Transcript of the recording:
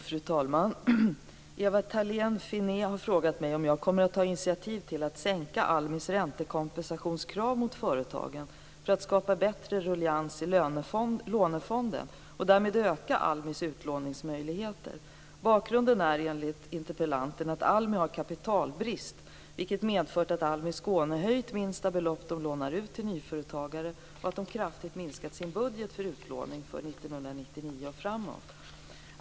Fru talman! Ewa Thalén Finné har frågat mig om jag kommer att ta initiativ till att sänka ALMI:s räntekompensationskrav mot företagen för att skapa bättre ruljangs i lånefonden och därmed öka ALMI:s utlåningsmöjligheter. Bakgrunden är, enligt interpellanten, att ALMI har kapitalbrist, vilket medfört att ALMI Skåne höjt minsta belopp man lånar ut till nyföretagare och kraftigt minskat sin budget för utlåning för 1999 och framåt.